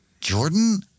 Jordan